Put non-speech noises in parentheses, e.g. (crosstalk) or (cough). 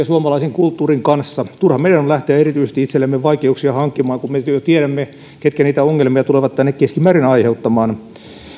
(unintelligible) suomalaisen kulttuurin kanssa turha meidän on lähteä erityisesti itsellemme vaikeuksia hankkimaan kun me jo tiedämme ketkä niitä ongelmia tulevat tänne keskimäärin aiheuttamaan